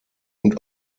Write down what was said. und